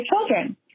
children